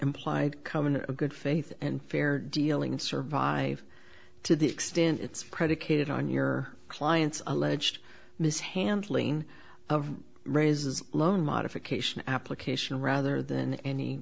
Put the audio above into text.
implied common good faith and fair dealing survive to the extent it's predicated on your client's on ledged mishandling of raises loan modification application rather than any